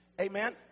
Amen